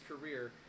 career